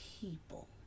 people